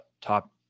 top